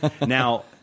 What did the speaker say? Now